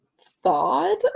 thawed